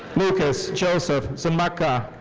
lucas joseph zmudka.